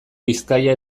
bizkaia